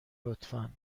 لطفا